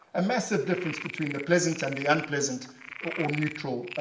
a massive difference between the pleasant and the unpleasant or neutral